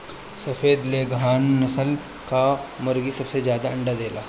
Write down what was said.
सफ़ेद लेघोर्न नस्ल कअ मुर्गी सबसे ज्यादा अंडा देले